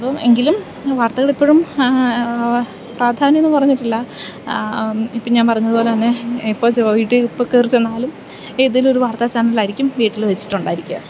അപ്പം എങ്കിലും വാർത്തകൾ ഇപ്പോഴും പ്രാധാന്യം ഒന്നും കുറഞ്ഞിട്ടില്ല ഇപ്പോൾ ഞാൻ പറഞ്ഞത് പോലെ തന്നെ ഇപ്പോൾ ചോയി വീട്ടിൽ എപ്പോൾ കയറി ചെന്നാലും ഏതെലും ഒരു വാർത്ത ചാനലായിരിക്കും വീട്ടിൽ വെച്ചിട്ടുണ്ടായിരിക്കുക